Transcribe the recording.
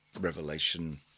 revelation